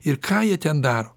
ir ką jie ten daro